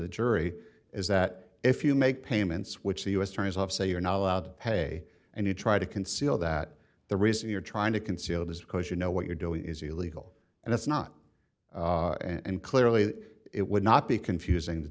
he jury is that if you make payments which the u s attorney's office say you're not allowed pay and you try to conceal that the reason you're trying to conceal it is because you know what you're doing is illegal and it's not and clearly it would not be confusing to